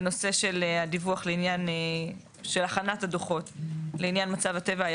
בנושא של הדיווח לעניין של הכנת הדוחות לעניין מצב הטבע,